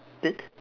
yes